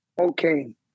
Okay